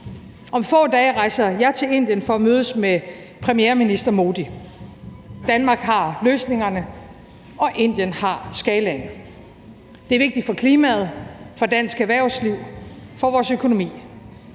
Om få dage rejser jeg til Indien for at mødes med premierminister Modi. Danmark har løsningerne, og Indien har skalaen. Det er vigtigt for klimaet, for dansk erhvervsliv, for vores økonomi